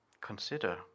consider